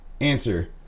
answer